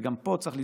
וגם פה צריך לזכור,